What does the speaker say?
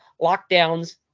lockdowns